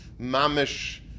mamish